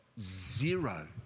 zero